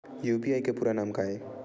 UPI के पूरा नाम का ये?